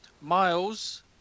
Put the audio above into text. Miles